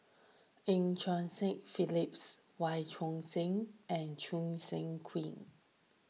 Eu Cheng Seng Phyllis Wee Choon Seng and Choo Seng Quee